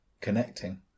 connecting